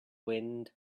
wind